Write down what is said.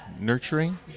nurturing